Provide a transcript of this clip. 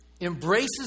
embraces